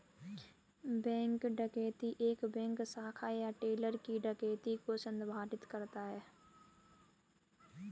bank डकैती एक bank शाखा या टेलर की डकैती को संदर्भित करता है